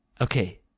Okay